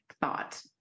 thought